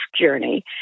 journey